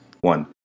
One